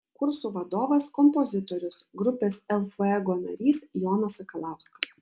kursų vadovas kompozitorius grupės el fuego narys jonas sakalauskas